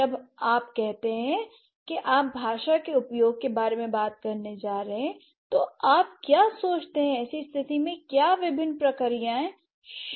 जब आप कहते हैं कि आप भाषा के उपयोग के बारे में बात करने जा रहे हैं तो आप क्या सोचते हैं ऐसी स्थिति में क्या विभिन्न प्रक्रियाएं शामिल हैं